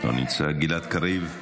לא נמצא, גלעד קריב,